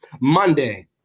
Monday